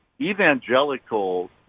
evangelical